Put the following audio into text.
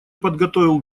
подготовил